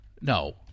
No